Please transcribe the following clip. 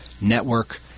network